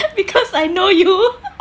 because I know you